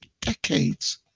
decades